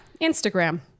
Instagram